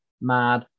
mad